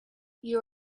you